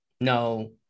no